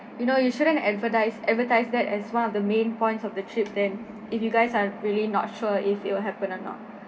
you know I understand that but then you know you shouldn't advertise advertise that as one of the main points of the trip then if you guys are really not sure if it will happen or not